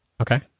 Okay